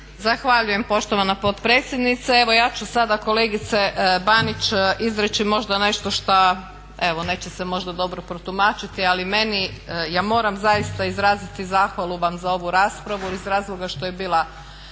Zahvaljujem poštovana potpredsjednice. Evo ja ću sada kolegice Banić izreći možda nešto što evo neće se možda dobro protumačiti, ali meni, ja moram zaista izraziti zahvalu vam za ovu raspravu iz razloga što je bila